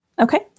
Okay